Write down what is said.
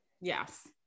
Yes